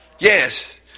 Yes